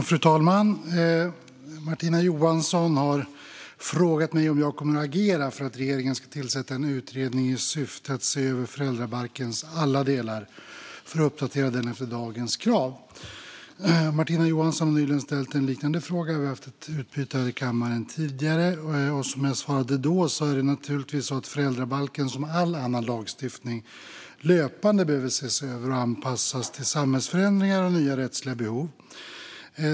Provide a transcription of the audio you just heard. Fru talman! Martina Johansson har frågat mig om jag kommer att agera för att regeringen ska tillsätta en utredning i syfte att se över föräldrabalkens alla delar för att uppdatera den efter dagens krav. Martina Johansson har nyligen ställt en liknande fråga, och vi har haft ett meningsutbyte om detta här i kammaren. Som jag svarade då är det naturligtvis så att föräldrabalken, som all annan lagstiftning, löpande behöver ses över och anpassas till samhällsförändringar och nya rättsliga behov.